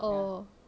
oh